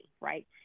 right